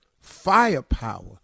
firepower